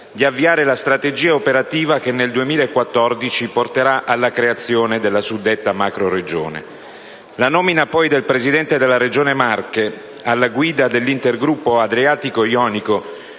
di avviare la strategia operativa che nel 2014 porterà alla creazione della suddetta macroregione. La nomina, poi, del presidente della Regione Marche alla guida dell'Intergruppo adriatico-ionico